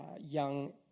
young